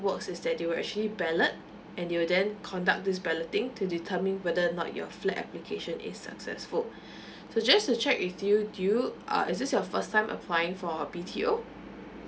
works is that they will actually ballot and you will then conduct this balloting to determine whether or not your flat application is successful so just to check with you do you uh is this your first time applying for B_T_O